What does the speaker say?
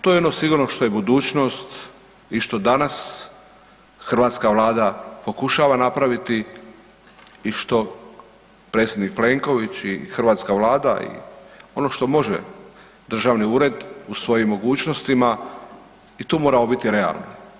To je ono sigurno što je budućnost i što danas hrvatska Vlada pokušava napraviti i što predsjednik Plenković i hrvatska Vlada i ono što može državni ured u svojim mogućnostima i tu moramo biti realni.